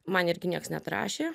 man irgi nieks neatrašė